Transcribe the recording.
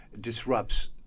disrupts